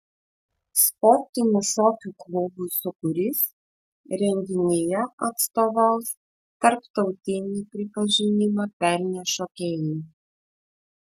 sportinių šokių klubui sūkurys renginyje atstovaus tarptautinį pripažinimą pelnę šokėjai